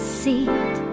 seat